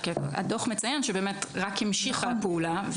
הדוח מציין שרק המשיכה הפעולה.